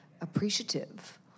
appreciative